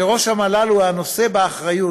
שראש המל"ל הוא הנושא באחריות.